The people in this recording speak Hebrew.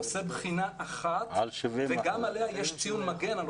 עושה בחינה אחת וגם עליה יש ציון מגן.